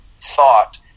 thought